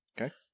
Okay